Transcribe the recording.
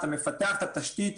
אתה מפתח תשתית.